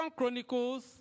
Chronicles